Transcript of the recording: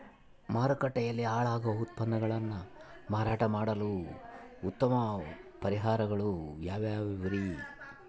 ಮಾರುಕಟ್ಟೆಯಲ್ಲಿ ಹಾಳಾಗುವ ಉತ್ಪನ್ನಗಳನ್ನ ಮಾರಾಟ ಮಾಡಲು ಉತ್ತಮ ಪರಿಹಾರಗಳು ಯಾವ್ಯಾವುರಿ?